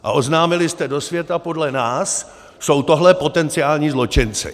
A oznámili jste do světa: Podle nás jsou tohle potenciální zločinci!